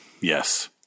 Yes